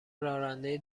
راننده